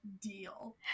deal